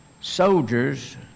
Soldiers